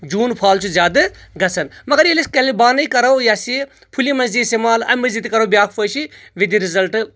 جون fall چھُ زیادٕ گژھان مگر ییٚلہِ أسۍ کیٚلِبانے کرو یس یہِ پھلیہِ منٛز یہِ استعمال امۍ مزید تہِ کرو بیاکھ فٲشی وِد دِ رِزلٹ